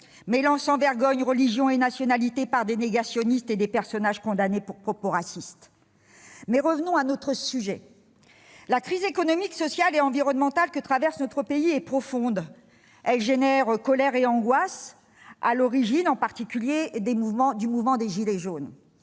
mêlant sans vergogne religion et nationalités, de la part de négationnistes et de personnages condamnés pour propos racistes. Mais revenons à notre sujet. La crise économique, sociale et environnementale que traverse notre pays est profonde. Elle provoque colère et angoisse, à l'origine en particulier du mouvement des « gilets jaunes